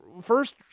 first